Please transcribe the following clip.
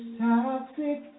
toxic